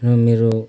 मेरो